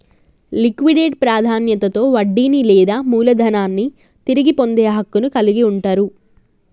liquidate ప్రాధాన్యతలో వడ్డీని లేదా మూలధనాన్ని తిరిగి పొందే హక్కును కలిగి ఉంటరు